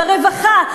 ברווחה.